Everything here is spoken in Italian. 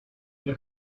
the